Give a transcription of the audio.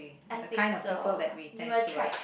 I think so you are tried